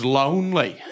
lonely